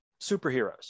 superheroes